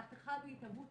מהפכה בהתהוות,